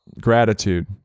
gratitude